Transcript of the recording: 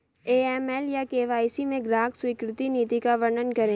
AML या KYC में ग्राहक स्वीकृति नीति का वर्णन करें?